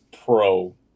pro